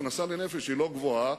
ההכנסה לנפש היא לא גבוהה,